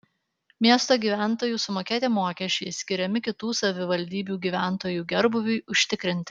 miesto gyventojų sumokėti mokesčiai skiriami kitų savivaldybių gyventojų gerbūviui užtikrinti